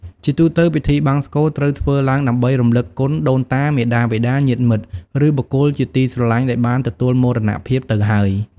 ជាទូទៅ ពិធីបង្សុកូលត្រូវបានធ្វើឡើងដើម្បីរំលឹកគុណ ដូនតា មាតាបិតា ញាតិមិត្ត ឬបុគ្គលជាទីស្រឡាញ់ដែលបានទទួលមរណភាពទៅហើយ។